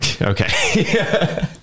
Okay